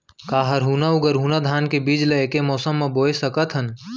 का हरहुना अऊ गरहुना धान के बीज ला ऐके मौसम मा बोए सकथन?